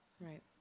Right